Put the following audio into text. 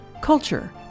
culture